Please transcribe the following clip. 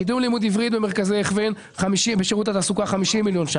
קידום לימוד עברית במרכזי הכוון - 50 מיליון ₪,